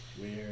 Weird